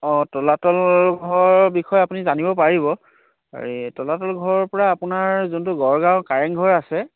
অঁ তলাতল ঘৰৰ বিষয়ে আপুনি জানিব পাৰিব এই তলাতল ঘৰৰ পৰা আপোনাৰ যোনটো গড়গাঁওৰ কাৰেংঘৰ আছে